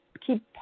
keep